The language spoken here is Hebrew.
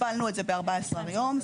הגבלנו את זה ב-14 יום.